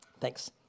Thanks